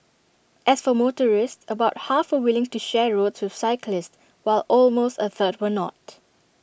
as for motorists about half were willing to share roads with cyclists while almost A third were not